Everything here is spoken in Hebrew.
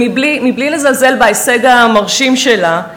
ובלי לזלזל בהישג המרשים שלה,